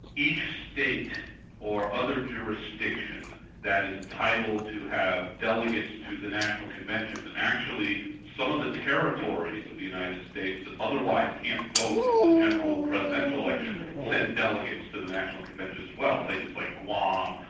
each state or other jurisdiction that is entitled to have delegates to the national convention, and actually some of the territories of the united states that otherwise can't vote in the general presidential election, send delegates to the national conventions as well, places like guam,